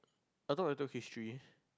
I thought we talk history